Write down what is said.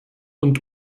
und